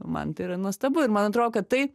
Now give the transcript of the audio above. man tai yra nuostabu ir man atrodo kad tai